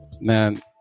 man